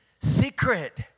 secret